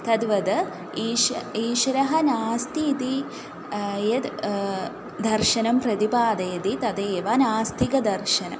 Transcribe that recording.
तद्वद् ईशः ईश्वरः नास्ति इति यद् दर्शनं प्रतिपादयति तदेव नास्तिकदर्शनम्